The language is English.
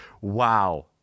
Wow